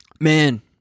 Man